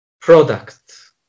product